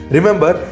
Remember